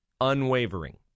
unwavering